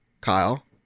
Kyle